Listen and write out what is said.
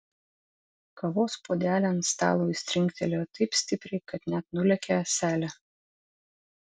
kavos puodelį ant stalo jis trinktelėjo taip stipriai kad net nulėkė ąselė